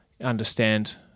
understand